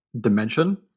dimension